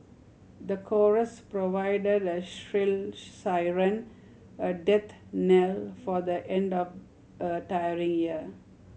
the chorus provided a shrill siren a death knell for the end of a tiring year